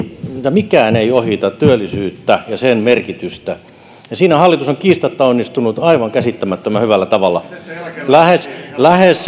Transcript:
mikään ei ohita työllisyyttä ja sen merkitystä ja siinä hallitus on kiistatta onnistunut aivan käsittämättömän hyvällä tavalla lähes lähes